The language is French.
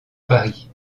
paris